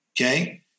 okay